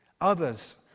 others